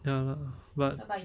ya lah but